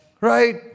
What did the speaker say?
right